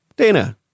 Dana